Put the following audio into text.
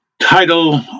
title